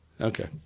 Okay